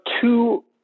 two